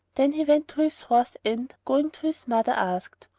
then he went to his house and, going to his mother, asked,